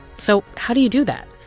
so how do you do that?